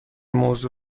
موضوع